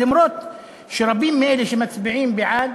אף שרבים מאלה שמצביעים בעד,